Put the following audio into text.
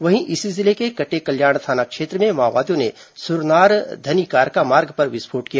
वहीं इसी जिले के कटेकल्याण थाना क्षेत्र में माओवादियों ने सुरनार धनिकारका मार्ग पर विस्फोट किया